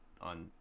on